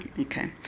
Okay